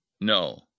No